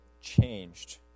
changed